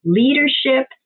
leadership